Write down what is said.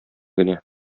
генә